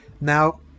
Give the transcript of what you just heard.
now